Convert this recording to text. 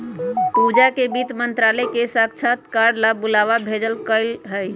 पूजा के वित्त मंत्रालय से साक्षात्कार ला बुलावा भेजल कई हल